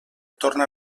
torna